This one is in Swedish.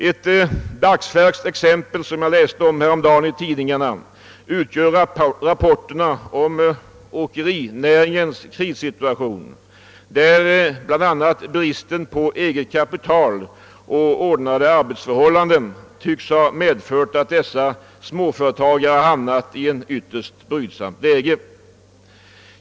Ett dagsfärskt exempel — det återgavs i tidningarna häromdagen — utgör rapporterna om åkerinäringens krissituation, där bl.a. bristen på eget kapital och ordnade arbetsförhållanden tycks ha medfört att dessa småföretagare hamnat i ett ytterst brydsamt läge.